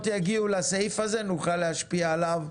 יגיעו לסעיף הזה נוכל להשפיע עליו.